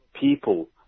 people